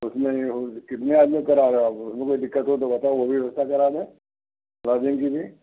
तो उसमें ये होंगे कितने आदमियों का करा रहे हो आप लोग उसमें कोई दिक्कत हो तो बताओ वो भी व्यवस्था करा दें की भी